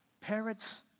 Parrots